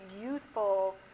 youthful